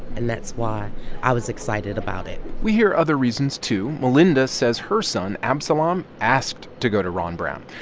and that's why i was excited about it we hear other reasons, too. melinda says her son, absalom, um asked to go to ron brown.